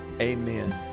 Amen